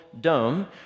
dome